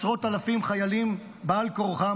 עשרות אלפים חיילים בעל כורחם,